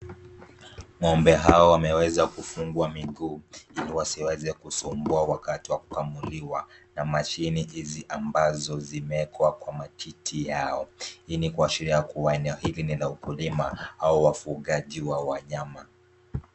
Ngo'mbe hawa wameweza kufungwa miguu, ili wasiweze kusumbua wakati wa kukamuliwa na machine hizi ambazo zimeekwa kwa matiti yao. Hii ni kuashiria ya kuwa eneo hili ni la wakulima au ufugaji wa wanyama.